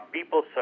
People